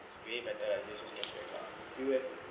you whether you have